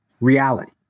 reality